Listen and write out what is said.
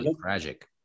tragic